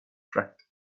cracked